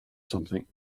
something